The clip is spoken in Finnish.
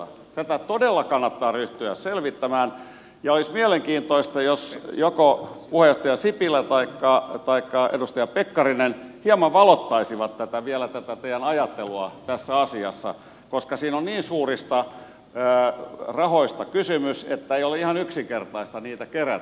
tätä todella kannattaa ryhtyä selvittämään ja olisi mielenkiintoista jos joko puheenjohtaja sipilä taikka edustaja pekkarinen hieman valottaisi vielä tätä teidän ajatteluanne tässä asiassa koska siinä on niin suurista rahoista kysymys että ei ole ihan yksinkertaista niitä kerätä